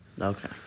Okay